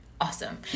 Awesome